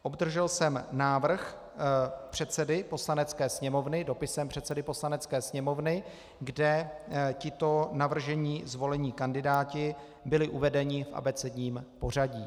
Obdržel jsem návrh předsedy Poslanecké sněmovny dopisem předsedy Poslanecké sněmovny, kde tito navržení zvolení kandidáti byli uvedeni v abecedním pořadí.